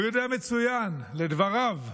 הוא יודע מצוין, לדבריו,